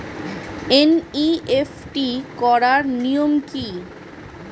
NEFT করার নিয়ম কী?